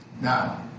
Now